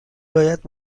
باید